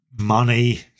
money